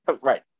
Right